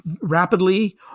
rapidly